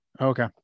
Okay